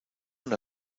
una